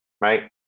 Right